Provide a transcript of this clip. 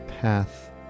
path